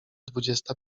dwudziesta